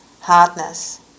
hardness